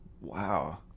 Wow